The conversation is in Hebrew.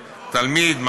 ותלמיד,